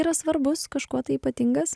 yra svarbus kažkuo tai ypatingas